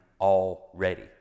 already